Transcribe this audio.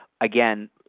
again